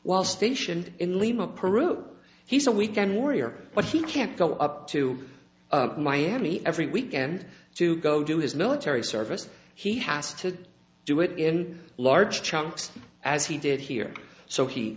while stationed in lima peru he's a weekend warrior but he can't go up to miami every weekend to go do his military service he has to do it in large chunks as he did here so he